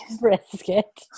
brisket